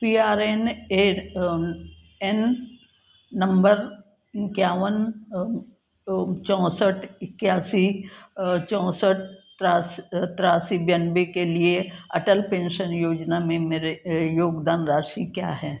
P R A N number इक्यावन चौसठ इक्यासी चौसठ तिरासी बरानवे के लिए अटल पेंशन योजना में मेरी योगदान राशि क्या है